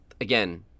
again